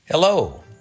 Hello